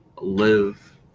live